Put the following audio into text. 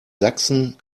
sachsen